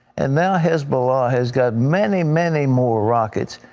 and now hezbollah has got many, many more rockets.